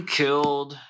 killed